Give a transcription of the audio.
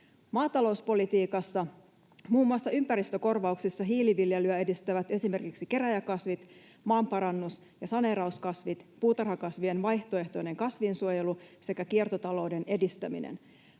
Maatalouspolitiikassa, muun muassa ympäristökorvauksissa, hiiliviljelyä edistävät esimerkiksi kerääjäkasvit, maanparannus- ja saneerauskasvit, puutarhakasvien vaihtoehtoinen kasvinsuojelu sekä kiertotalouden edistäminen.